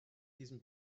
diesem